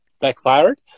backfired